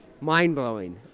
Mind-blowing